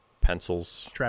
pencils